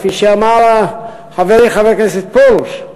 כפי שאמר חברי חבר הכנסת פרוש,